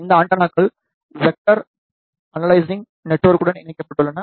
இந்த ஆண்டெனாக்கள் vector analysing நெட்ஒர்க்குடன் இணைக்கப்பட்டுள்ளன